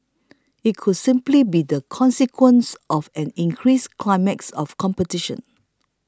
it could simply be the consequence of an increased climate of competition